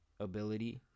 ability